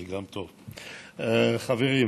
גם זה טוב, חברים,